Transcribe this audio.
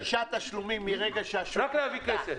הסדר של שישה תשלומים מרגע שהשוק נפתח,